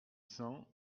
cents